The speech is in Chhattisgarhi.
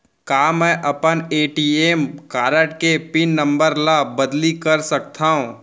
का मैं अपन ए.टी.एम कारड के पिन नम्बर ल बदली कर सकथव?